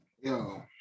Yo